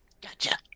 Gotcha